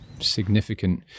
significant